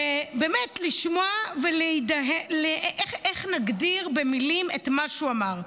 באמת, לשמוע, איך נגדיר במילים את מה שהוא אמר?